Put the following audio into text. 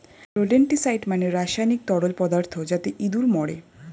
rodenticide মানে রাসায়নিক তরল পদার্থ যাতে ইঁদুর মরে